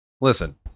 listen